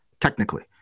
technically